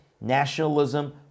nationalism